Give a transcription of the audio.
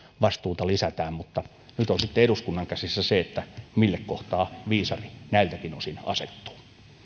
vastuuta lisätään mutta nyt on sitten eduskunnan käsissä se mille kohtaa viisari näiltäkin osin asettuu